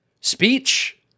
speech